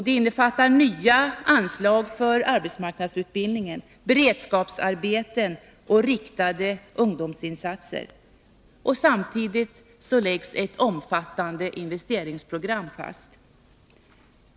Det innefattar nya anslag för arbetsmarknadsutbildningen, beredskapsarbeten och riktade ungdomsinsatser. Samtidigt läggs ett omfattande investeringsprogram fast.